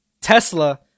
Tesla